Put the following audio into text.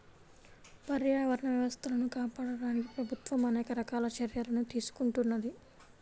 పర్యావరణ వ్యవస్థలను కాపాడడానికి ప్రభుత్వం అనేక రకాల చర్యలను తీసుకుంటున్నది